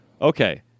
Okay